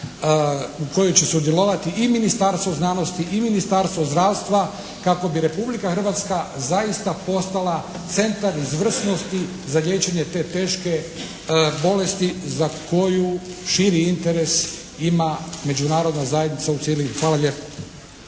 u kojoj će sudjelovati i Ministarstvo znanosti i Ministarstvo zdravstva kako bi Republika Hrvatska zaista postala centar izvrsnosti za liječenje te teške bolesti za koju širi interes ima međunarodna zajednica u cjelini. Hvala lijepa.